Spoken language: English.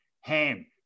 Ham